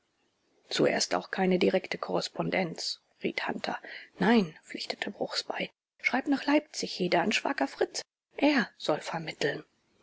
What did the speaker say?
zuerst auch keine direkte korrespondenz riet hunter nein pflichtete bruchs bei schreib nach leipzig hede an schwager fritz er soll vermitteln